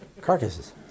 carcasses